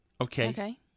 Okay